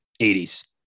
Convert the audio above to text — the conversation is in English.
80s